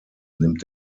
nimmt